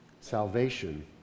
Salvation